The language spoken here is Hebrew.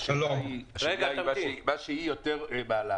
מה שהיא מעלה